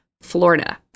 Florida